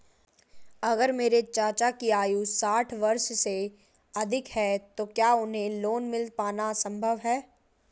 अगर मेरे चाचा की आयु साठ वर्ष से अधिक है तो क्या उन्हें लोन मिल पाना संभव है?